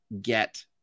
get